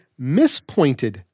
mispointed